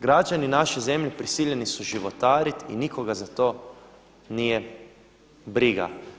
Građani naše zemlje prisiljeni su životariti i nikoga za to nije briga.